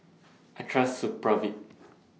I Trust Supravit